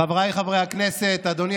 של חבר הכנסת מכלוף מיקי זוהר.